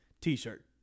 t-shirt